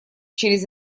через